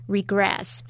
Regress